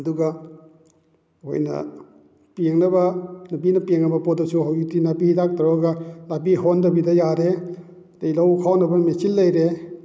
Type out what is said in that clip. ꯑꯗꯨꯒ ꯑꯩꯈꯣꯏꯅ ꯄꯦꯡꯅꯕ ꯅꯨꯄꯤꯅ ꯄꯦꯡꯉꯝꯕ ꯄꯣꯠꯇꯨꯁꯨ ꯍꯧꯖꯤꯛꯇꯤ ꯅꯥꯄꯤ ꯍꯤꯗꯥꯛ ꯇꯧꯔꯒ ꯅꯥꯄꯤ ꯍꯧꯍꯟꯗꯕꯤꯗ ꯌꯥꯔꯦ ꯑꯗꯨꯗꯩ ꯂꯧ ꯈꯥꯎꯅꯕ ꯃꯦꯆꯤꯟ ꯂꯩꯔꯦ